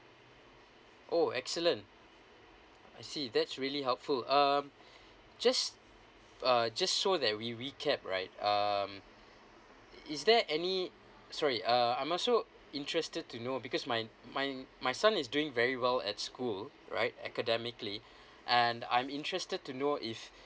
oh excellent I see that's really helpful um just uh just so that we recap right um is there any sorry uh I'm also interested to know because my my my son is doing very well at school right academically and I'm interested to know if